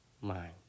mind